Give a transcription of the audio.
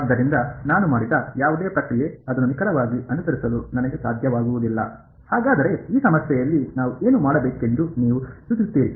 ಆದ್ದರಿಂದ ನಾನು ಮಾಡಿದ ಯಾವುದೇ ಪ್ರಕ್ರಿಯೆ ಅದನ್ನು ನಿಖರವಾಗಿ ಅನುಸರಿಸಲು ನನಗೆ ಸಾಧ್ಯವಾಗುವುದಿಲ್ಲ ಹಾಗಾದರೆ ಈ ಸಮಸ್ಯೆಯಲ್ಲಿ ನಾವು ಏನು ಮಾಡಬೇಕೆಂದು ನೀವು ಸೂಚಿಸುತ್ತೀರಿ